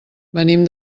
venim